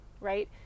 right